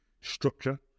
structure